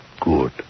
Good